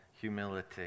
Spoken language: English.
humility